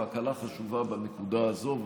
והקלה חשובה בנקודה הזאת,